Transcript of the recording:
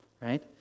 right